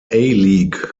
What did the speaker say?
league